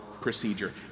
procedure